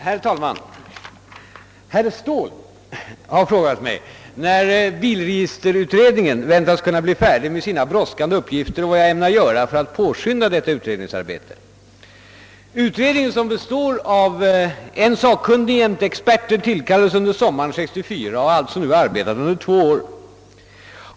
Herr talman! Herr Ståhl har frågat mig när bilregisterutredningen väntas kunna bli färdig med sina brådskande uppgifter och vad jag ämnar göra för att påskynda detta utredningsarbete. Utredningen som består av en sakkunnig jämte experter tillkallades under sommaren 1964 och har alltså nu arbetat under två år.